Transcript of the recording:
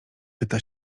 pyta